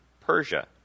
Persia